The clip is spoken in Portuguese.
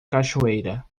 cachoeira